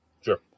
Sure